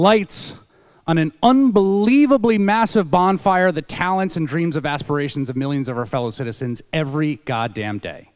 lights on an unbelievably massive bonfire of the talents and dreams of aspirations of millions of our fellow citizens every goddamn day